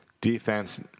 defense